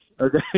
okay